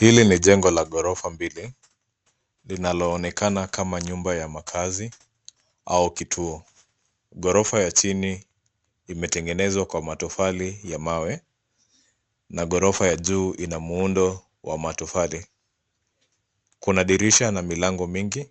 Hili ni jengo la ghorofa mbili, linaloonekana kama nyumba ya makazi au kituo. Ghorofa ya chini imetengenezwa kwa matofali ya mawe na ghorofa ya juu ina muundo wa matofali. Kuna dirisha na milango mingi.